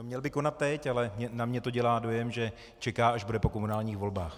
Měl by konat teď, ale na mě to dělá dojem, že čeká, až bude po komunálních volbách.